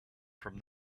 from